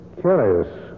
Curious